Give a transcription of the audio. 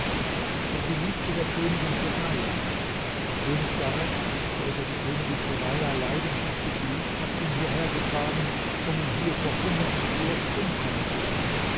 der geliebte der königin turaja der könig sarech welcher die königin turaja leidenschaftlich liebt hat ihn hierhergetragen um ihn hier vor hunger und durst umkommen zu lassen